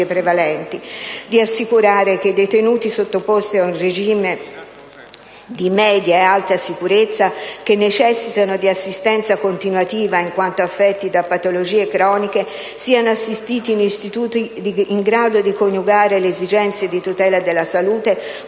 prevalenti; di assicurare che i detenuti sottoposti a un regime di media e alta sicurezza, che necessitano di assistenza continuativa in quanto affetti da patologie croniche, siano assistiti in istituti in grado di coniugare le esigenze di tutela della salute